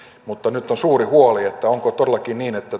mutta nyt on suuri huoli onko todellakin niin että